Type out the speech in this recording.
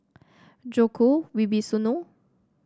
Djoko Wibisono